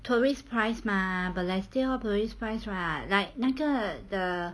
tourist price mah balestier tourist price [what] like 那个